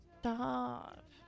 Stop